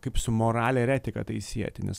kaip su morale ir etika tai sieti nes